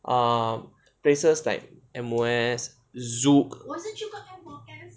um places like M_O_S zouk